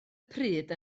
pryd